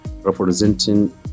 representing